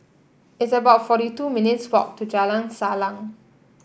it's about forty two minutes' walk to Jalan Salang